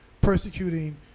persecuting